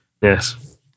yes